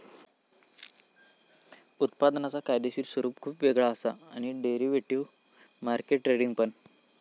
उत्पादनांचा कायदेशीर स्वरूप खुप वेगळा असा आणि डेरिव्हेटिव्ह मार्केट ट्रेडिंग पण